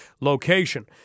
location